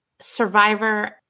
Survivor